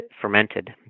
fermented